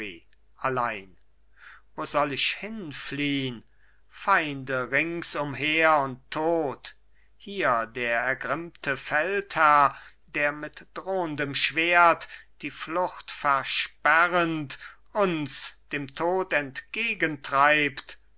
allein wo soll ich hinfliehn feinde ringsumher und tod hier der ergrimmte feldherr der mit drohndem schwert die flucht versperrend uns dem tod entgegentreibt